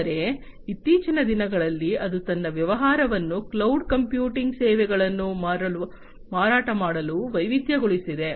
ಆದರೆ ಇತ್ತೀಚಿನ ದಿನಗಳಲ್ಲಿ ಅದು ತನ್ನ ವ್ಯವಹಾರವನ್ನು ಕ್ಲೌಡ ಕಂಪ್ಯೂಟಿಂಗ್ ಸೇವೆಗಳನ್ನು ಮಾರಾಟ ಮಾಡಲು ವೈವಿಧ್ಯಗೊಳಿಸಿದೆ